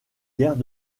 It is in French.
guerres